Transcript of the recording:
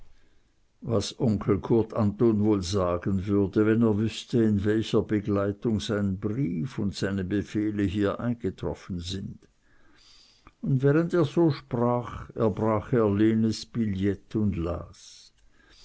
was onkel kurt anton wohl sagen würde wenn er wüßte in welcher begleitung sein brief und seine befehle hier eingetroffen sind und während er so sprach erbrach er lenes billet und las